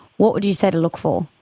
what would you say to look for?